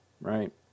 right